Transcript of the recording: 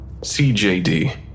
CJD